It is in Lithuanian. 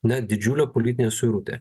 net didžiulė politinė suirutė